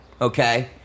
okay